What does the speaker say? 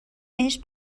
بهش